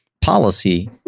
policy